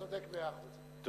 צודק מאה אחוז.